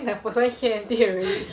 think that person hear until already